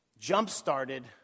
jump-started